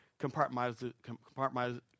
compartmentalize